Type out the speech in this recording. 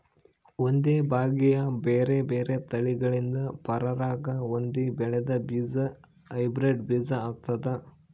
ಒಂದೇ ಬಗೆಯ ಬೇರೆ ಬೇರೆ ತಳಿಗಳಿಂದ ಪರಾಗ ಹೊಂದಿ ಬೆಳೆದ ಬೀಜ ಹೈಬ್ರಿಡ್ ಬೀಜ ಆಗ್ತಾದ